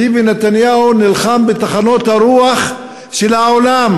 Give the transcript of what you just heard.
ביבי נתניהו נלחם בטחנות הרוח של העולם,